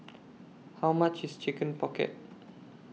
How much IS Chicken Pocket